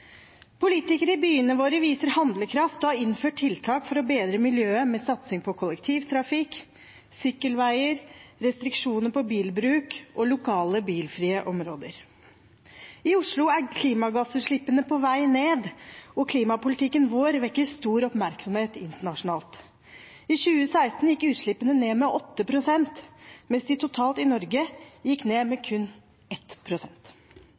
Politikere i byene våre viser handlekraft og har innført tiltak for å bedre miljøet, som satsing på kollektivtrafikk, sykkelveier, restriksjoner på bilbruk og lokale bilfrie områder. I Oslo er klimagassutslippene på vei ned, og klimapolitikken vår vekker stor oppmerksomhet internasjonalt. I 2016 gikk utslippene ned med 8 pst., mens de totalt i Norge gikk ned med